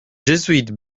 jésuites